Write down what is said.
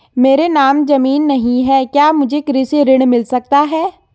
मेरे नाम ज़मीन नहीं है क्या मुझे कृषि ऋण मिल सकता है?